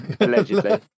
Allegedly